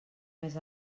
més